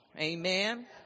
Amen